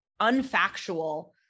unfactual